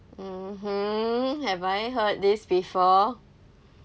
mmhmm have I heard this before